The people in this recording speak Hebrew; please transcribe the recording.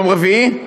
יום רביעי?